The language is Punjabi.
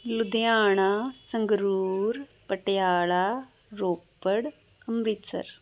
ਲੁਧਿਆਣਾ ਸੰਗਰੂਰ ਪਟਿਆਲਾ ਰੋਪੜ ਅੰਮ੍ਰਿਤਸਰ